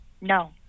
No